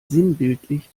sinnbildlich